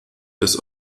des